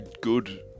good